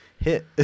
hit